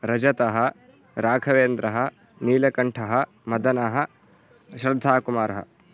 रजतः राघवेन्द्रः नीलकण्ठः मदनः श्रद्धाकुमारः